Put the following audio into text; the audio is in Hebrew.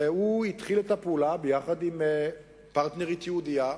והוא התחיל את הפעולה יחד עם פרטנרית יהודייה,